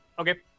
Okay